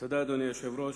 תודה, אדוני היושב-ראש.